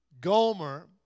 Gomer